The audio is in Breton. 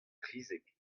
trizek